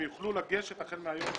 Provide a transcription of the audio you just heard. הם יוכלו לגשת החל מהיום.